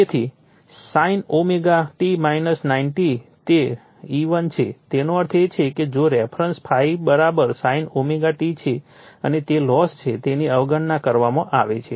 તેથી sin ωt 90 તે E1 છે તેનો અર્થ એ કે જો રેફરન્સ ∅ sin ωt છે અને તે લોસ છે તેની અવગણના કરવામાં આવે છે